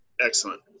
excellent